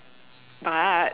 but